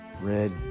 red